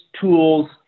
tools